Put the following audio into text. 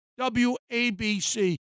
WABC